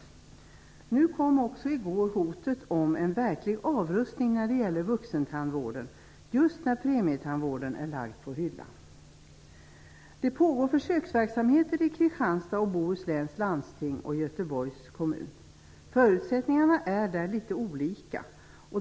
I går kom också hotet om en verklig avrustning när det gäller vuxentandvården, just när premietandvården är lagd på hyllan. Det pågår försöksverksamheter i Kristianstads och Bohus läns landsting och Göteborgs kommun. Förutsättningarna är där litet olika.